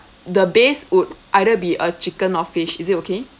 the base would either be a chicken or fish is it okay